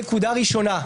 נקודה ראשונה,